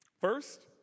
First